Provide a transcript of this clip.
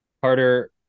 Carter